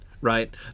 right